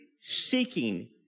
seeking